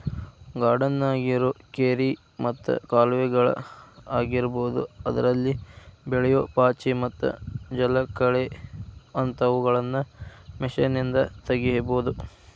ಗಾರ್ಡನ್ಯಾಗಿರೋ ಕೆರಿ ಮತ್ತ ಕಾಲುವೆಗಳ ಆಗಿರಬಹುದು ಅದ್ರಲ್ಲಿ ಬೆಳಿಯೋ ಪಾಚಿ ಮತ್ತ ಜಲಕಳೆ ಅಂತವುಗಳನ್ನ ಮಷೇನ್ನಿಂದ ತಗಿಬಹುದು